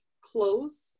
close